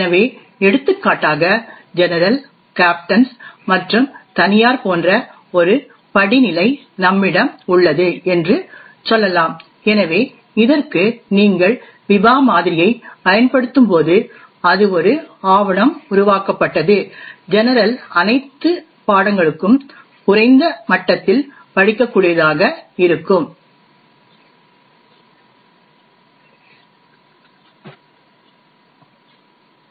எனவே எடுத்துக்காட்டாகஜெனரல் கேப்டன்கள் மற்றும் தனியார் போன்ற ஒரு படிநிலை நம்மிடம் உள்ளது என்று சொல்லலாம் எனவே இதற்கு நீங்கள் பிபா மாதிரியைப் பயன்படுத்தும்போது அது ஒரு ஆவணம் உருவாக்கப்பட்டது ஜெனரல் அனைத்து பாடங்களுக்கும் குறைந்த மட்டத்தில் படிக்கக்கூடியதாக இருக்கும் என்று கூறுவோம் மேலும் பிபா மாதிரியானது நோ ரீட் டவுன்க்கான உடைமையை வரையறுக்கிறது எனவே இதன் பொருள் என்னவென்றால் கேப்டன்களால் உருவாக்கப்பட்ட ஒரு கோப்பை ஜெனரலால் படிக்க முடியாது